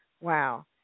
wow